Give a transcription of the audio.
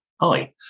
hi